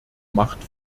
macht